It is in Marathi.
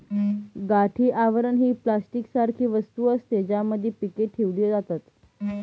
गाठी आवरण ही प्लास्टिक सारखी वस्तू असते, ज्यामध्ये पीके ठेवली जातात